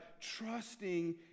trusting